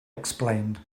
explained